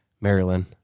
Maryland